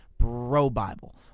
BroBible